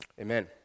Amen